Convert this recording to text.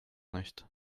nicht